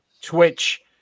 Twitch